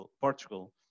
Portugal